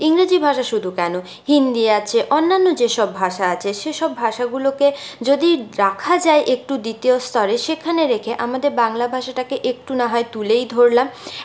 ইংরেজি ভাষা শুধু কেন হিন্দি আছে অন্যান্য যেসব ভাষা আছে সেসব ভাষাগুলোকে যদি রাখা যায় একটু দ্বিতীয় স্তরে সেখানে রেখে আমাদের বাংলা ভাষাটাকে একটু না হয় তুলেই ধরলাম